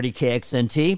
kxnt